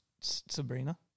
Sabrina